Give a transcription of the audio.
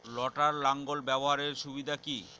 লটার লাঙ্গল ব্যবহারের সুবিধা কি?